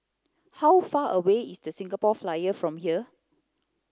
how far away is the Singapore Flyer from here